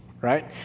right